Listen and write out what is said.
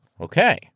Okay